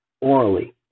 orally